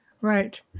Right